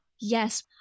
yes